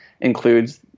includes